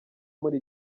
muri